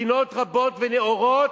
מדינות רבות ונאורות,